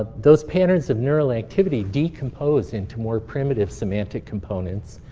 ah those patterns of neural activity decompose into more primitive semantic components.